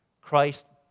Christ